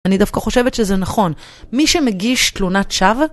אני דווקא חושבת שזה נכון, מי שמגיש תלונת שווא...